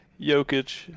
Jokic